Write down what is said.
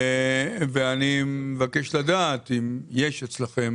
ואני מבקש לדעת אם יש אצלכם